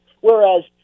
Whereas